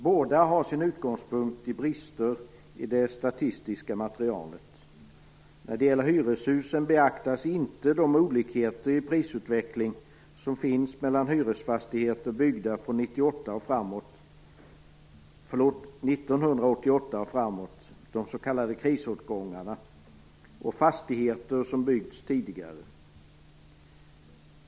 Båda har sin utgångspunkt i brister i det statistiska materialet. När det gäller hyreshusen beaktas inte de olikheter i prisutveckling som finns mellan hyresfastigheter byggda 1988 och framåt, de s.k. krisårgångarna, och fastigheter som byggts tidigare.